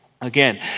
again